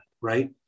right